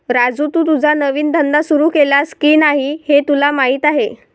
राजू, तू तुझा नवीन धंदा सुरू केलास की नाही हे तुला माहीत आहे